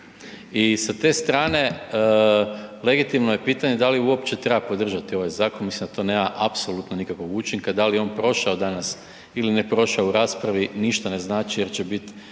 I sa te strane legitimno je pitanje da li uopće treba podržati ovaj zakon, mislim da to nema apsolutno nikakvog učinka, da li on prošao danas ili ne prošao u raspravi ništa ne znači jer će biti